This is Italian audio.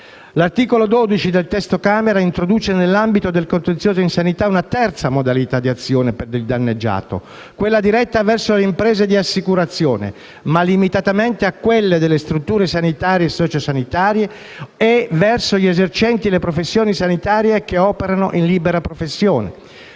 dalla Camera dei deputati introduce nell'ambito del contenzioso in sanità una terza modalità di azione per il danneggiato, quella diretta verso le imprese di assicurazione, ma limitatamente a quelle delle strutture sanitarie e sociosanitarie o verso gli esercenti le professioni sanitarie che operano in libera professione,